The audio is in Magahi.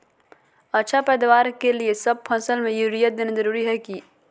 अच्छा पैदावार के लिए सब फसल में यूरिया देना जरुरी है की?